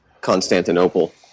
Constantinople